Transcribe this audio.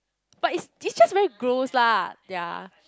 but it's it's just very gross lah their